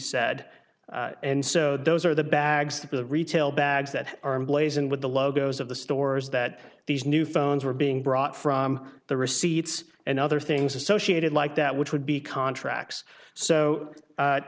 said and so those are the bags to the retail bags that are emblazoned with the logos of the stores that these new phones were being brought from the receipts and other things associated like that which would be contracts so